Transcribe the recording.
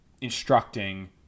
instructing